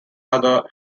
other